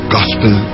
Gospel